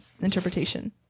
interpretation